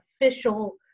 official